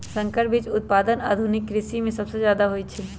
संकर बीज उत्पादन आधुनिक कृषि में सबसे जादे होई छई